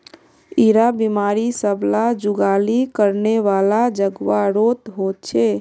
इरा बिमारी सब ला जुगाली करनेवाला जान्वारोत होचे